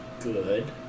good